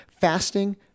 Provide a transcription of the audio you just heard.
fasting